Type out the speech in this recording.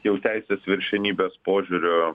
jau teisės viršenybės požiūriu